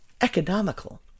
economical